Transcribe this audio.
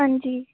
हांजी